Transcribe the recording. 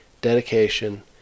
dedication